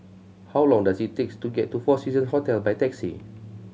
how long does it takes to get to Four Season Hotel by taxi